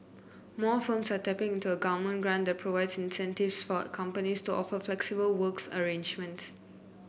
more firms are tapping into a government grant that provides incentives for companies to offer flexible work arrangements